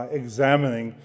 examining